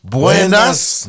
Buenas